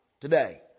today